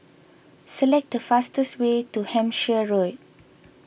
select the fastest way to Hampshire Road